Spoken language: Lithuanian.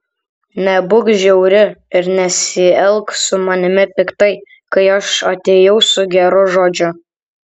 nebūk žiauri ir nesielk su manimi piktai kai aš atėjau su geru žodžiu